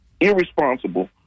irresponsible